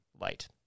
light